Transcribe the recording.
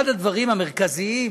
אחד הדברים המרכזיים